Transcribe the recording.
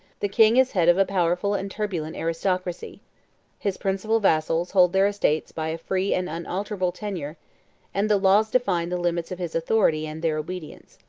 the king is head of a powerful and turbulent aristocracy his principal vassals hold their estates by a free and unalterable tenure and the laws define the limits of his authority and their obedience.